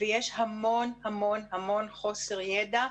ויש המון-המון-המון חוסר ידע,